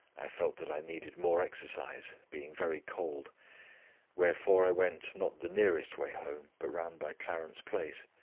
i felt that i needed more exercise, being very cold wherefore i went not the nearest way home, but round by clarence place.